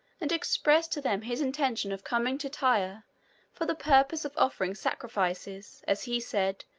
and expressed to them his intention of coming to tyre for the purpose of offering sacrifices, as he said,